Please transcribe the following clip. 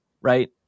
right